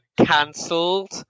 cancelled